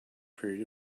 period